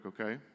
okay